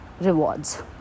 rewards